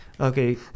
Okay